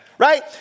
Right